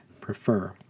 prefer